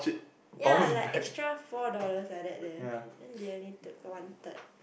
ya like extra four dollars like that there then they only took one third